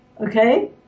okay